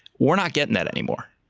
we're not getting that anymore.